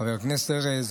חבר הכנסת ארז,